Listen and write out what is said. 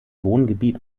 wohngebiet